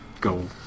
go